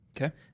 Okay